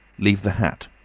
leave the hat,